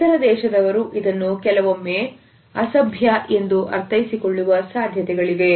ಇತರ ದೇಶದವರು ಇದನ್ನು ಕೆಲವೊಮ್ಮೆ ಅಸಂಖ್ಯ ಎಂದು ಅರ್ಥೈಸಿಕೊಳ್ಳುವ ಸಾಧ್ಯತೆಗಳಿವೆ